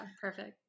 Perfect